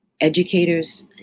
educators